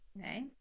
okay